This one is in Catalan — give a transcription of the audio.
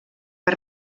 per